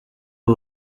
ubu